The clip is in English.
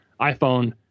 iphone